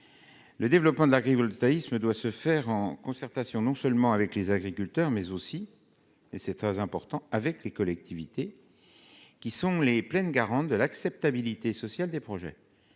Le développement de l'agrivoltaïsme doit s'effectuer en concertation non seulement avec les agriculteurs, mais également- c'est très important ! -avec les collectivités, qui sont les garantes de l'acceptabilité sociale des projets.